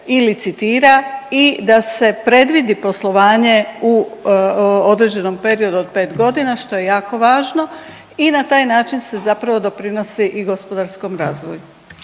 i licitira i da se predvidi poslovanje u određenom periodu od 5.g., što je jako važno i na taj način se zapravo doprinosi i gospodarskom razvoju.